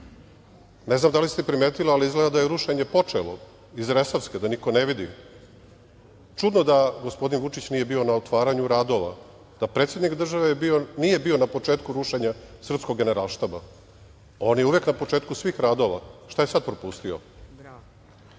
Ne znam da li ste primetili, ali izgleda da je rušenje počelo iz Resavske, da niko ne vidi. Čudno da gospodin Vučić nije bio na otvaranju radova, da predsednik države nije bio na početku rušenja srpskog Generalštaba. On je uvek na početku svih radova. Što je sad propustio? Dok